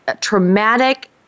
traumatic